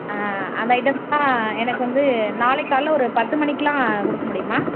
ஆ அந்த ஐட்டம்ஸ்லாம் எனக்கு வந்து நாளைக்கு காலையில ஒரு பத்து மணிக்குலாம் கொடுக்க முடியுமா